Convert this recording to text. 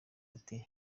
ati